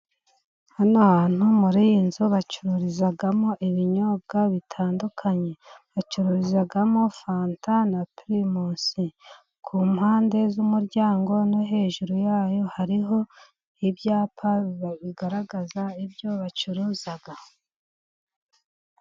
Hano hantu muri iyi nzu bacururizamo ibinyobwa bitandukanye, bacururizamo fanta na primus, ku mpande z'umuryango no hejuru yayo, hariho ibyapa bigaragaza ibyo bacuruza.